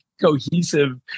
cohesive